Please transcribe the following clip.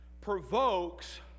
provokes